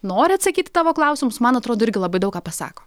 nori atsakyti į tavo klausimus man atrodo irgi labai daug ką pasako